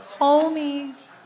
Homies